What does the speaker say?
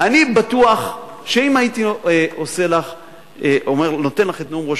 אני בטוח שאם הייתי נותן לך את נאום ראש